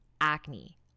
Acne